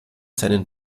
seinen